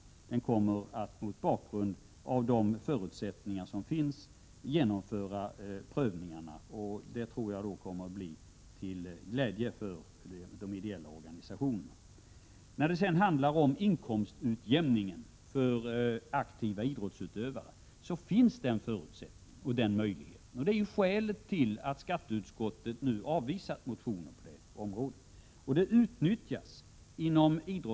Nämnden kommer att genomföra de prövningar som kan göras mot bakgrund av rådande förutsättningar. Jag tror att resultatet av detta arbete skall utfalla till glädje för de ideella organisationerna. När det gäller inkomstutjämning vill jag framhålla att aktiva idrottsutövare redan i dag har möjlighet härtill. Det är skälet till att skatteutskottet nu har avstyrkt den aktuella motionen på detta område.